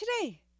today